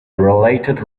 related